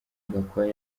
gakwaya